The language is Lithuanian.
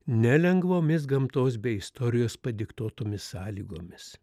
nelengvomis gamtos bei istorijos padiktuotomis sąlygomis